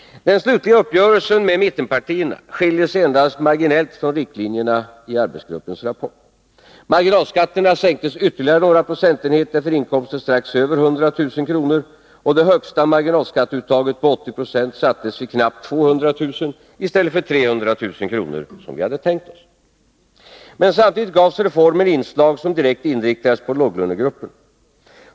Den slutliga uppgörelsen med mittenpartierna skiljer sig endast marginellt från riktlinjerna i arbetsgruppens rapport. Marginalskatterna sänktes ytterligare några procentenheter för inkomster strax över 100 000 kr. och det högsta marginalskatteuttaget på 80 96 sattes vid knappt 200 000 i stället för 300 000 kr., som vi hade tänkt oss. Men samtidigt gavs reformen inslag som direkt inriktades på låglönegrupperna.